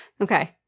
Okay